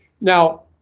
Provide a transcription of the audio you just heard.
now